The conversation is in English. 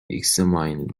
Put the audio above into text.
examined